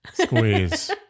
squeeze